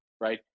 right